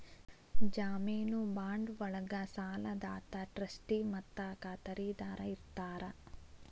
ಜಾಮೇನು ಬಾಂಡ್ ಒಳ್ಗ ಸಾಲದಾತ ಟ್ರಸ್ಟಿ ಮತ್ತ ಖಾತರಿದಾರ ಇರ್ತಾರ